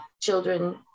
children